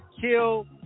kill